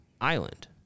Island